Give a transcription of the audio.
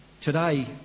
today